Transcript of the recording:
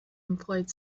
employed